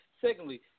Secondly